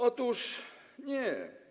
Otóż nie.